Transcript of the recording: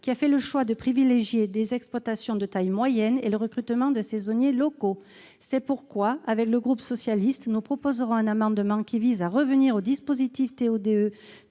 qui a fait le choix de privilégier des exploitations de taille moyenne et le recrutement de saisonniers locaux. C'est pourquoi le groupe socialiste et républicain présentera un amendement visant à revenir au dispositif TO-DE